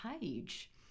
page